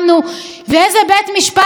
ואיזה בית משפט נאור,